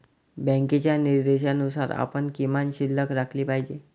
बँकेच्या निर्देशानुसार आपण किमान शिल्लक राखली पाहिजे